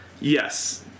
yes